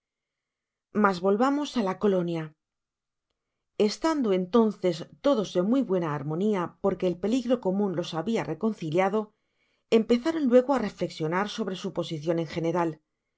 mas volvamos á la colonia estando entonces todos en muy buena armonia porque el peligro comun los habia reconciliado empezaron luego á reflexionar sobre su posicion en general